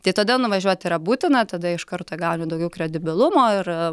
tai todėl nuvažiuoti yra būtina tada iš karto gauni daugiau kredibilumo ir